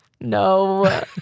No